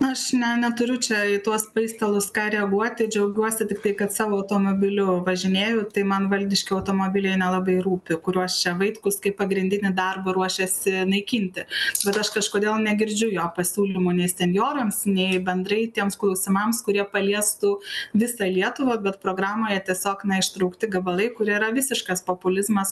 aš ne neturiu čia į tuos paistalus ką reaguoti džiaugiuosi tik tai kad savo automobiliu važinėju tai man valdiški automobiliai nelabai rūpi kuriuos čia vaitkus kaip pagrindinį darbą ruošiasi naikinti bet aš kažkodėl negirdžiu jo pasiūlymų nei senjorams nei bendrai tiems klausimams kurie paliestų visą lietuvą bet programoje tiesiog neištrūkti gabalai kurie yra visiškas populizmas